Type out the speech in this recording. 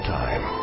time